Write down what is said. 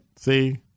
See